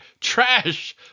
trash